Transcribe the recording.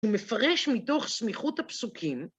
הוא מפרש מתוך סמיכות הפסוקים